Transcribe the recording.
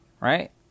Right